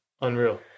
Unreal